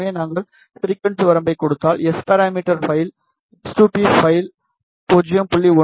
எனவே நாங்கள் ஃபிரிக்குவன்சி வரம்பைக் கொடுத்தால் S parameter file S 2 P file 0